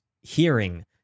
hearing